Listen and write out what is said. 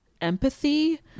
empathy